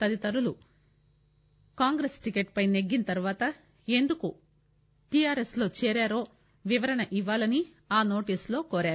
తదితరులు కాంగ్రెస్ టికెట్ పై నెగ్గిన తర్వాత ఎందుకు టీఆర్ఎస్ లో చేరారో వివరణ ఇవ్వాలని ఆ నోటీసులో కోరారు